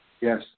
Yes